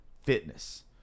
Fitness